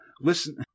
Listen